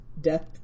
death